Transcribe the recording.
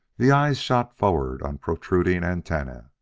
the eyes shot forward on protruding antennae.